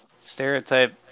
stereotype